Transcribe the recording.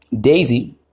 Daisy